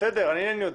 אני אומר